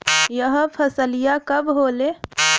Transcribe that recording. यह फसलिया कब होले?